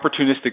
opportunistic